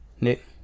Nick